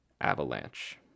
avalanche